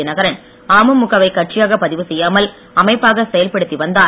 தினகரன் அமமுகவை கட்சியாக பதிவு செய்யாமல் அமைப்பாக செயல்படுத்தி வந்தார்